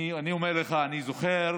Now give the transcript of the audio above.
אני אומר לך, אני זוכר